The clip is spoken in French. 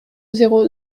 zéro